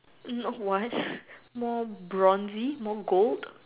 more what more bronzy more gold